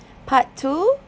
part two